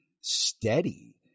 steady